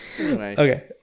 Okay